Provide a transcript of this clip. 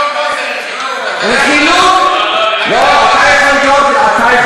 לתת לנו הבטחה, יש לי את זה בכתב יד.